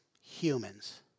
humans